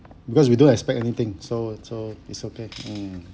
because we don't expect anything so so it's okay mm